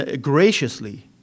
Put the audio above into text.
graciously